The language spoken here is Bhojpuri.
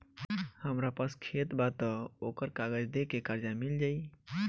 हमरा पास खेत बा त ओकर कागज दे के कर्जा मिल जाई?